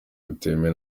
butemewe